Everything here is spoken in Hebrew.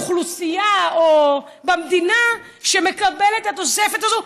אוכלוסייה במדינה שמקבלת את התוספת הזאת,